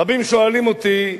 רבים שואלים אותי: